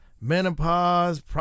menopause